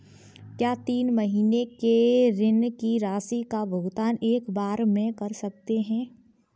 क्या तीन महीने के ऋण की राशि का भुगतान एक बार में कर सकते हैं?